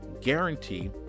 guarantee